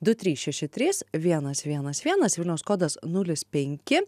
du trys šeši trys vienas vienas vienas vilniaus kodas nulis penki